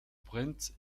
prince